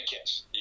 Kiss